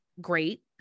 great